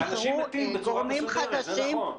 אנשים מתים בצורה מסודרת, זה נכון.